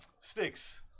Sticks